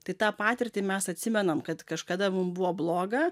tai tą patirtį mes atsimenam kad kažkada mum buvo bloga